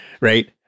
right